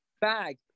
Bag